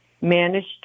managed